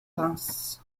reims